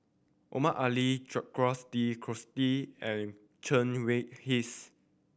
Omar Ali Jacques De de and Chen Wen Hsi